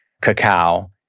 cacao